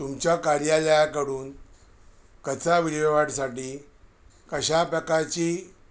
तुमच्या कार्यालयाकडून कचरा विल्हेवाटसाठी कशा प्रकारची